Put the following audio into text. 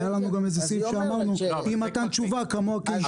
היה איזה סעיף שאמרנו שאי מתן תשובה, כמוה כאישור.